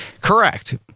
Correct